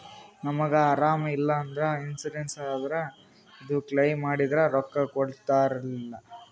ನಮಗ ಅರಾಮ ಇಲ್ಲಂದ್ರ ಇನ್ಸೂರೆನ್ಸ್ ಇದ್ರ ಅದು ಕ್ಲೈಮ ಮಾಡಿದ್ರ ರೊಕ್ಕ ಕೊಡ್ತಾರಲ್ರಿ?